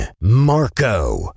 Marco